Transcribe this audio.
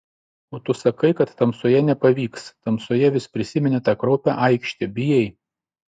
o tu sakai kad tamsoje nepavyks tamsoje vis prisimeni tą kraupią aikštę bijai